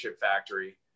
factory